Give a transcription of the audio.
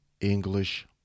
English